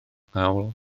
nghawl